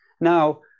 now